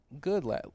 Good